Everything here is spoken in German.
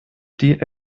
die